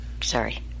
sorry